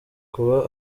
kuba